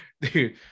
Dude